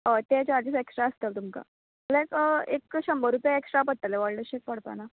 हय ते चार्जीस एक्ट्रा आसतले तुमका म्हळ्यार एक शंबर रुपया एक्ट्रा पडटले व्हेडलेशे पडपाना